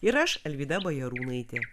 ir aš alvyda bajarūnaitė